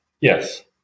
Yes